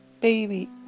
baby